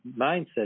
mindset